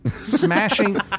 Smashing